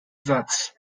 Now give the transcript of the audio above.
satz